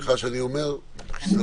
התש"ף 2020‏ (להלן,